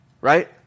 right